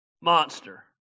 monster